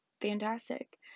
fantastic